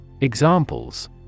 Examples